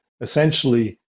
essentially